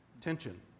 tension